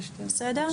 בסדר?